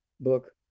book